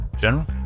general